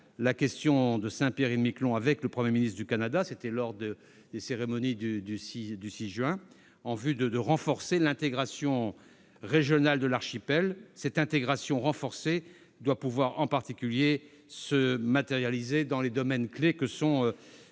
la question de Saint-Pierre-et-Miquelon avec le Premier ministre du Canada, lors des cérémonies du 6 juin, en vue de renforcer l'intégration régionale de l'archipel. Cette intégration renforcée doit pouvoir se matérialiser en particulier dans le domaine clé que